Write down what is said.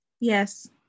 yes